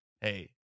hey